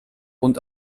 und